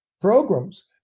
programs